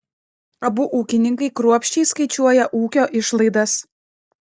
abu ūkininkai kruopščiai skaičiuoja ūkio išlaidas